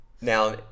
now